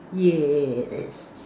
yes